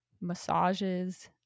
massages